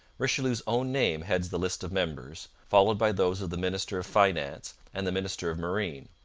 richelieu's own name heads the list of members, followed by those of the minister of finance and the minister of marine.